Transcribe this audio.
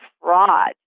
fraud